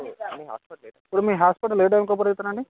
ఇప్పుడు మీ హాస్పిటల్ ఏ టైమ్కి ఓపెన్ అవుతుంది అండి